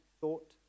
thought